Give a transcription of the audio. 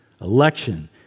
Election